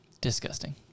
Disgusting